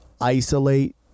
isolate